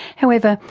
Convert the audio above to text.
however,